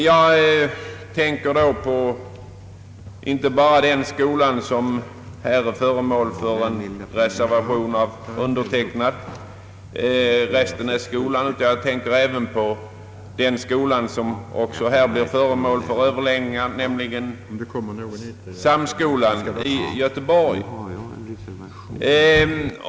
Jag tänker då inte bara på den skola som är föremål för reservation av undertecknad, Restenässkolan, utan också på den skola som här även blir föremål för överläggningar, nämligen Göteborgs högre samskola.